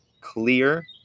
clear